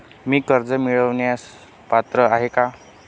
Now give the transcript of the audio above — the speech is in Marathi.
मी कर्ज मिळवण्यास पात्र आहे का?